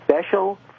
special